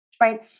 right